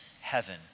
heaven